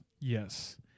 Yes